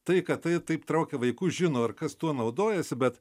tai kad tai taip traukia vaikus žino ar kas tuo naudojasi bet